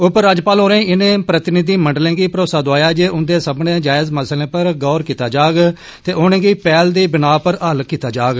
उपराज्यपाल होरें इनें प्रतिनिधिमंडलें गी भरोसा दोआया जे उंदे सब्बनें जायज मसलें पर गौर कीता जाग ते उनेंगी पैहल दी बिनाह पर हल्ल कीता जाग